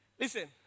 Listen